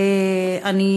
ואחריה,